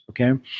Okay